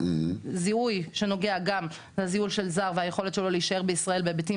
זיהוי שנוגע גם לזיהוי של זר וליכולת שלו להישאר בישראל בהיבטים